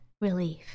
Relief